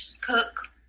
cook